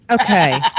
Okay